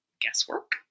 guesswork